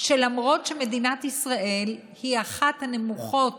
שלמרות שמדינת ישראל היא אחת הנמוכות